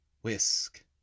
whisk